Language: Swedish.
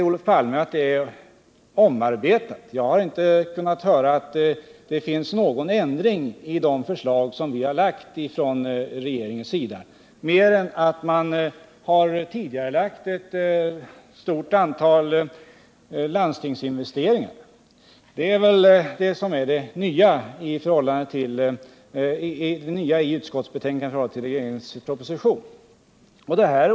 Olof Palme säger att förslaget är omarbetat, men jag har inte kunnat notera att det finns någon annan ändring i de förslag som regeringen har lagt fram än att utskottet nu uttalat sig för överläggningar om landstingsinvesteringar för tidigareläggning. Det skulle i så fall vara det som i utskottsbetänkandet är det nya i förhållande till regeringens proposition.